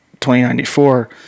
2094